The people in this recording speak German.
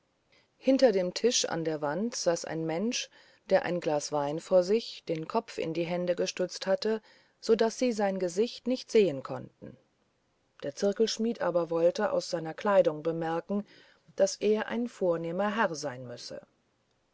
hinter dem tisch an der wand saß ein mensch der ein glas wein vor sich den kopf in die hände gestützt hatte so daß sie sein gesicht nicht sehen konnten der zirkelschmidt aber wollte aus seiner kleidung bemerken daß er ein vornehmer herr sein müsse